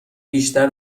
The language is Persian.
بیشتر